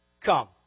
come